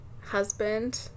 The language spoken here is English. husband